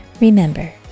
Remember